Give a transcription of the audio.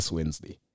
Wednesday